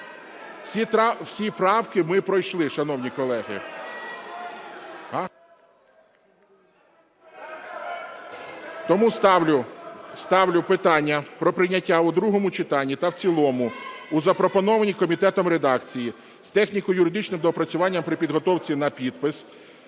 Всі правки ми пройшли, шановні колеги. (Шум у залі) Тому ставлю питання про прийняття у другому читанні та в цілому у запропонованій комітетом редакції з техніко-юридичним доопрацюванням при підготовці на підпис